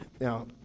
now